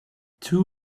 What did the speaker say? two